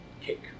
cake